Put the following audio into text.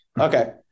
Okay